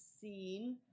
seen